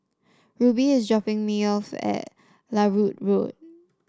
Rubie is dropping me off at Larut Road